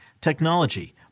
technology